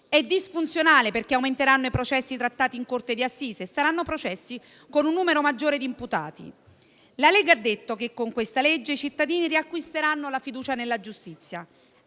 È disfunzionale, perché aumenteranno i processi trattati in corte d'assise; e saranno processi con un numero maggiore di imputati. La Lega ha detto che con questa legge i cittadini riacquisteranno la fiducia nella giustizia.